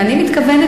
ואני מתכוונת,